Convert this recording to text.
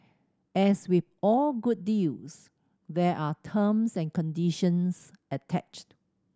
as with all good deals there are terms and conditions attached